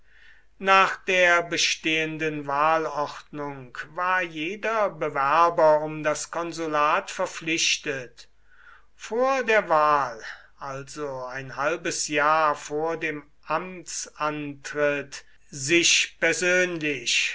nach der bestehenden wahlordnung war jeder bewerber um das konsulat verpflichtet vor der wahl also ein halbes jahr vor dem amtsantritt sich persönlich